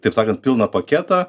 taip sakant pilną paketą